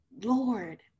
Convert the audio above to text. Lord